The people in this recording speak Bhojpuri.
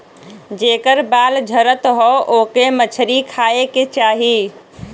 जेकर बाल झरत हौ ओके मछरी खाए के चाही